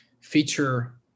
feature